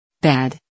Bad